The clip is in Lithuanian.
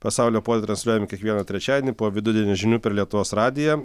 pasaulio puodai transliuojami kiekvieną trečiadienį po vidudienio žinių per lietuvos radiją